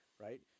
Right